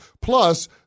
Plus